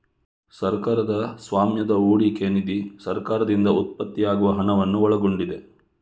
ಸರ್ಕಾರದ ಸ್ವಾಮ್ಯದ ಹೂಡಿಕೆ ನಿಧಿ ಸರ್ಕಾರದಿಂದ ಉತ್ಪತ್ತಿಯಾಗುವ ಹಣವನ್ನು ಒಳಗೊಂಡಿದೆ